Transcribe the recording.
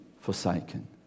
forsaken